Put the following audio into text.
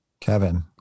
Kevin